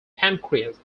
pancreas